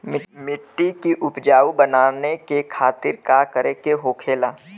मिट्टी की उपजाऊ बनाने के खातिर का करके होखेला?